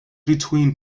between